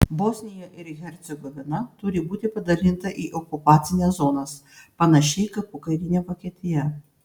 bosnija ir hercegovina turi būti padalinta į okupacines zonas panašiai kaip pokarinė vokietija